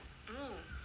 hmm